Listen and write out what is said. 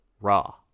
raw